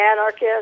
anarchist